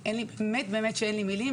באמת באמת אין לי מילים.